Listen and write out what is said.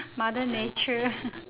mother nature